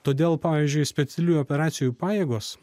todėl pavyzdžiui specialiųjų operacijų pajėgos